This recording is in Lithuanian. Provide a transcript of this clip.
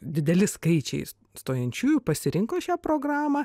dideli skaičiai stojančiųjų pasirinko šią programą